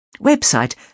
Website